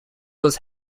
was